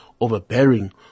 overbearing